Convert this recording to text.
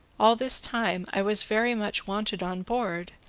all this time i was very much wanted on board,